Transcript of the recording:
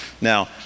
Now